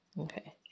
Okay